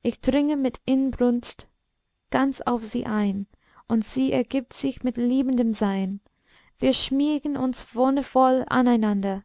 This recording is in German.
ich dringe mit inbrunst ganz auf sie ein und sie ergibt sich mit liebendem sein wir schmiegen uns wonnevoll aneinander